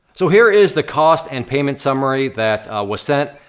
so here is the cost and payment summary that was sent,